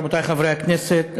רבותי חברי הכנסת,